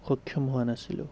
সক্ষম হোৱা নাছিলোঁ